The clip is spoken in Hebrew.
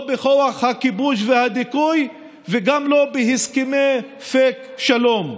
לא בכוח הכיבוש והדיכוי וגם לא בהסכמי פייק שלום.